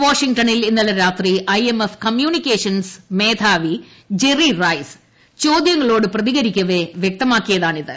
വാഷിംഗ്ടണിൽ ഇന്നലെ രാത്രി ഐ എം എഫ് കമ്യൂണിക്കേഷൻസ് മേധാവി ജെറി റൈസ് ചോദ്യങ്ങളോട് വ്യക്തമാക്കിയതാണിത്